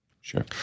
Sure